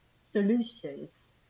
solutions